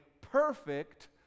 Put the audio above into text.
perfect